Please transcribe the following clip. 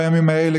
בימים האלה,